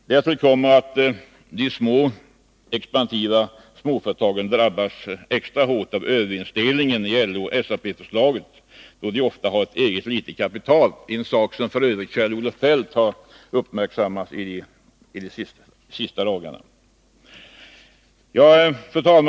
Därtill kommer att de små, expansiva företagen drabbas extra hårt av övervinstdelningen i LO/SAP-förslaget, då de ofta har ett litet eget kapital — en sak som f. ö. Kjell-Olof Feldt har uppmärksammat de senaste dagarna.